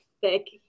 thick